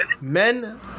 men